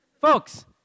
Folks